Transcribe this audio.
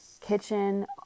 kitchen